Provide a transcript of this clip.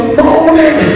morning